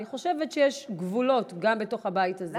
אני חושבת שיש גבולות גם בתוך הבית הזה.